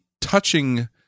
touching